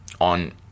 on